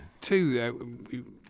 two